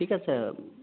ঠিক আছে